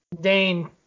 Dane